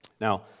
Now